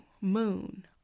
moon